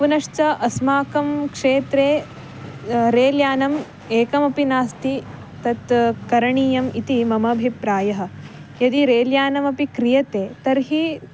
पुनश्च अस्माकं क्षेत्रे रेल् यानम् एकमपि नास्ति तत् करणीयम् इति ममाभिप्रायः यदि रेल् यानमपि क्रियते तर्हि